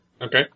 Okay